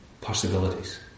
possibilities